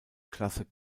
klasse